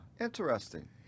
interesting